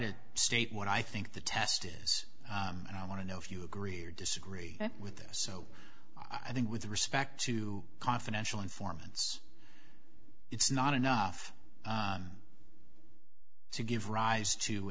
to state what i think the test is and i want to know if you agree or disagree with this so i think with respect to confidential informants it's not enough to give rise to